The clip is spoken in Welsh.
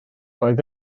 roedd